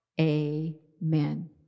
amen